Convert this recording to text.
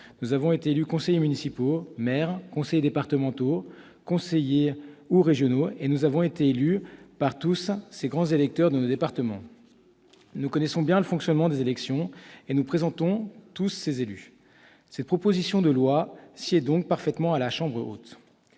nous avons été élus conseillers municipaux, maires, conseillers départementaux ou régionaux, et nous avons tous été élus par les grands électeurs de nos départements. Nous connaissons bien le fonctionnement des élections et nous représentons tous ces élus. Cette proposition de loi sied donc parfaitement à la Chambre haute.